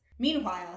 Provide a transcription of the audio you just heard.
Meanwhile